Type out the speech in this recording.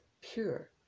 pure